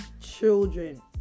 children